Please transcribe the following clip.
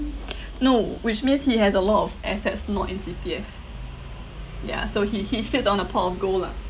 no which means he has a lot of assets not in C_P_F ya so he he feeds on a pot of gold lah